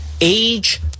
Age